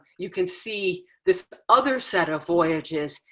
you can see this other set of voyages.